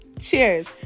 Cheers